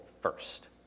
first